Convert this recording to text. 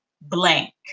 blank